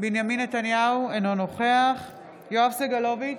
בנימין נתניהו, אינו נוכח יואב סגלוביץ'